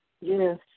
Yes